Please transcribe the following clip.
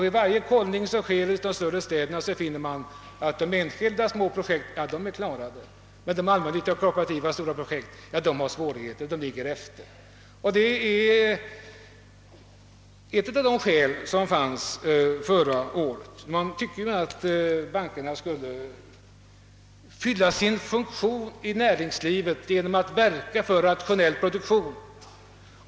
Vid varje kollning som sker i de stora städerna finner man att de enskilda små projekten är klara, medan de allmännyttiga och kooperativa bostadsföretagens stora projekt har svårigheter och ligger efter. Detta är ett av skälen till de åtgärder som vidtogs förra året. Man tycker ju att bankerna främst skulle fylla sin funktion i näringslivet genom att verka för en rationell produktion.